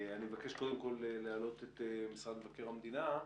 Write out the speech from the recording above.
אני מבקש, קודם כול, להעלות את משרד מבקר המדינה.